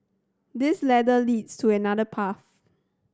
this ladder leads to another path